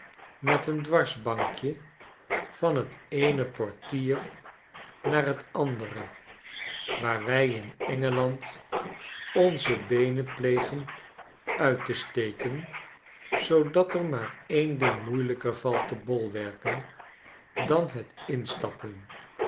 met een dwarsbankje van t eene portier naar t andere waar wij in en gel and onze beenen plegen uit te steken zoodat er maar een ding moeilijker valt te bolwerken dan het instappen